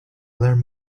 learn